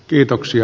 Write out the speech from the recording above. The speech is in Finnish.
kiitoksia